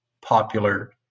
popular